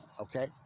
Okay